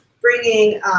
bringing—